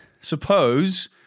suppose